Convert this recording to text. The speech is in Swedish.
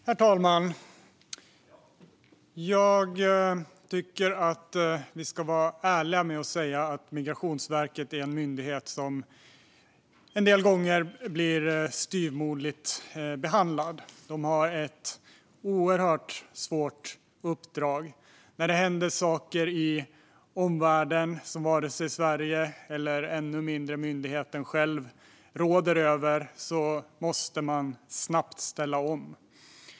Herr talman! Jag tycker att vi ska vara ärliga med att Migrationsverket är en myndighet som en del gånger blir styvmoderligt behandlad. De har ett oerhört svårt uppdrag. När det händer saker i omvärlden, som varken Sverige eller ännu mindre myndigheten själv råder över, måste de snabbt ställa om.